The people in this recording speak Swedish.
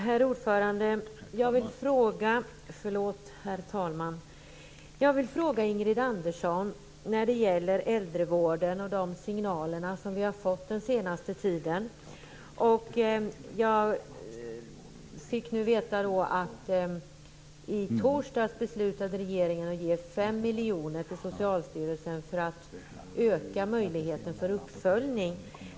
Herr talman! Jag vill fråga Ingrid Andersson om äldrevården och de signaler vi har fått den senaste tiden. Jag fick veta att regeringen i torsdags beslutade att ge 5 miljoner till Socialstyrelsen för att öka möjligheten till uppföljning.